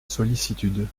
sollicitude